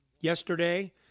yesterday